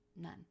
None